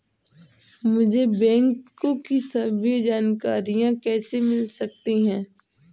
मुझे बैंकों की सभी जानकारियाँ कैसे मिल सकती हैं?